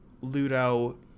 Ludo